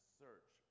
search